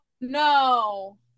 no